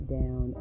down